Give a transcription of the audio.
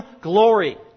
glory